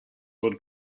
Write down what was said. would